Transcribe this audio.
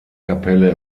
kapelle